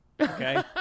Okay